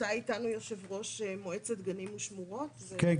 נמצא אתנו יושב-ראש מועצת גנים ושמורות -- כן,